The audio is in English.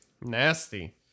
Nasty